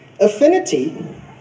Affinity